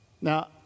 Now